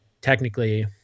technically